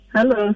Hello